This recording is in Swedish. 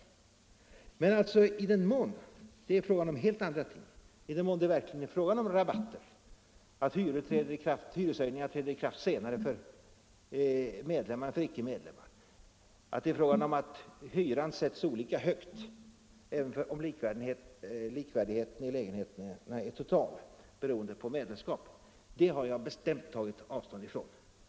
Men i den mån det är fråga om helt andra ting, om speciella rabatter för medlemmar, hyreshöjningar som träder i kraft senare för medlemmar än för icke-medlemmar, olika hyressättning trots att lägenheterna är fullständigt likvärdiga, beroende på medlemskap, har jag bestämt tagit avstånd från det.